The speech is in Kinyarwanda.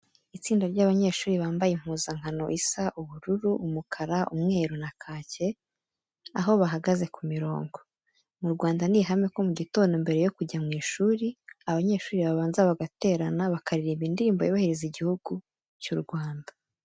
Itsinda ry'abanyeshuri bambaye impuzankano isa ubururu, umukara, umweru na kake, aho bahagaze ku mirongo. Mu Rwanda ni ihame ko mu gitondo mbere yo kujya mu ishuri abanyeshuri babanza bagaterana, bakaririmba indirimbo yubahiriza igihugu cy'u Rwanda.